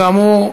כאמור,